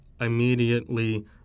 immediately